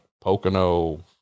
Pocono